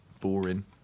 boring